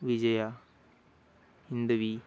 Vijaya Hindavi